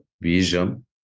vision